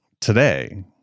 today